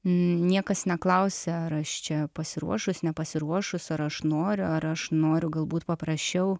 niekas neklausia ar aš čia pasiruošus nepasiruošus ar aš noriu ar aš noriu galbūt paprasčiau